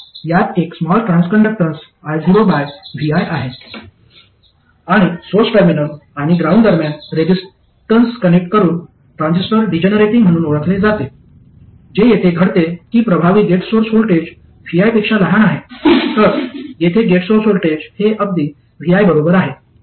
तर यात एक small transconductance io by vi आहे आणि सोर्स टर्मिनल आणि ग्राउंड दरम्यान रेजिस्टन्स कनेक्ट करून ट्रान्झिस्टर डीजेनेरेटिंग म्हणून ओळखले जाते जे येथे घडते कि प्रभावी गेट सोर्स व्होल्टेज vi पेक्षा लहान आहे तर येथे गेट सोर्स व्होल्टेज हे अगदी vi बरोबर आहे